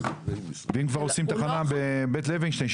ואם כבר עושים תחנה בבית לוינשטיין,